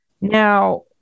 Now